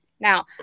now